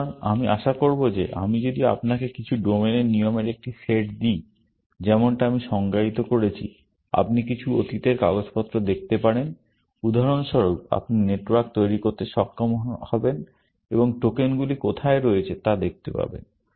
সুতরাং আমি আশা করব যে আমি যদি আপনাকে কিছু ডোমেনের নিয়মের একটি সেট দেই যেমনটা আমি সংজ্ঞায়িত করেছি আপনি কিছু অতীতের কাগজপত্র দেখতে পারেন উদাহরণস্বরূপ আপনি নেটওয়ার্ক তৈরি করতে সক্ষম হবেন এবং টোকেনগুলি কোথায় রয়েছে তা দেখাতে হবে